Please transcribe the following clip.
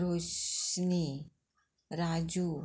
Roshni Raju